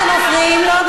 אתם מפריעים לו.